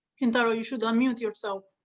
contara you should unmute yourself.